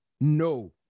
No